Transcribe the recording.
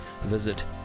visit